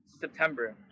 September